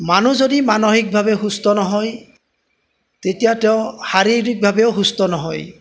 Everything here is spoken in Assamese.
মানুহ যদি মানসিকভাৱে সুস্থ নহয় তেতিয়া তেওঁ শাৰীৰিকভাৱেও সুস্থ নহয়